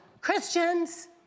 Christians